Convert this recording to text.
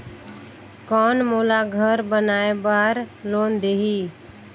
कौन मोला घर बनाय बार लोन देही?